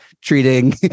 treating